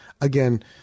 Again